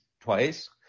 twice